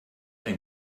ein